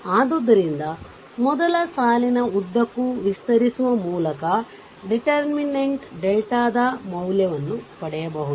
ಆದ್ದರಿಂದ ಮೊದಲ ಸಾಲಿನ ಉದ್ದಕ್ಕೂ ವಿಸ್ತರಿಸುವ ಮೂಲಕ ಡಿಟರ್ಮಿನೆಂಟ್ ಡೆಲ್ಟಾದ ಮೌಲ್ಯವನ್ನು ಪಡೆಯಬಹುದು